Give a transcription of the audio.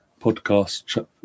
podcast